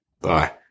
bye